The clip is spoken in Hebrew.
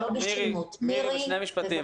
מירי, שני משפטים.